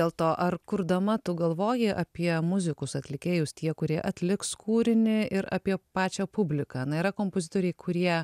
dėl to ar kurdama tu galvoji apie muzikus atlikėjus tie kurie atliks kūrinį ir apie pačią publiką na yra kompozitoriai kurie